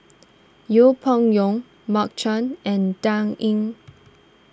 Yeng Pway Ngon Mark Chan and Dan Ying